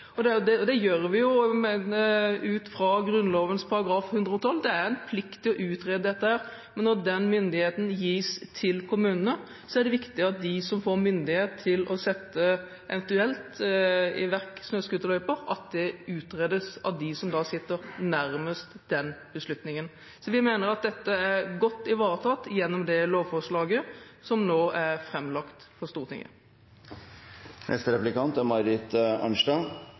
og det er gjennom de kravene vi har stilt til kommunene, vi sørger for at slike utredninger vil gjennomføres. Det gjør vi ut fra Grunnloven § 112. Det er en plikt å utrede dette, men når denne myndigheten gis til kommunene, er det viktig at eventuelt det å etablere snøscooterløyper utredes av dem som sitter nærmest den beslutningen. Vi mener at dette er godt ivaretatt gjennom det lovforslaget som nå er framlagt for